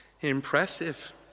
impressive